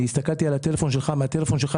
אני הסתכלתי על הטלפון שלך ומהטלפון שלך